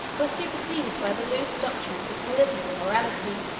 were superseded by the loose doctrines of political morality.